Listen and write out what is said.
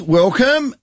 welcome